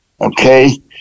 Okay